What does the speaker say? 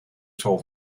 told